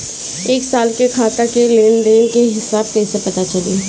एक साल के खाता के लेन देन के हिसाब कइसे पता चली?